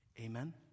Amen